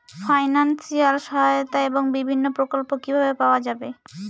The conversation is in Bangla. ফাইনান্সিয়াল সহায়তা এবং বিভিন্ন প্রকল্প কিভাবে পাওয়া যাবে?